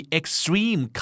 extreme